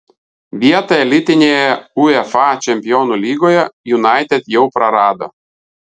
vietą elitinėje uefa čempionų lygoje united jau prarado